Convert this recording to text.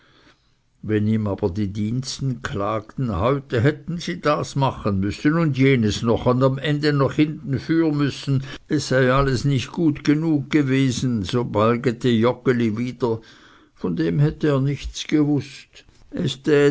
wenn ihm aber die diensten klagten heute hätten sie das machen müssen und jenes noch und am ende noch hintenfür müssen es sei alles nicht gut genug gewesen so balgete joggeli wieder von dem hätte er nichts gewußt es